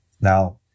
Now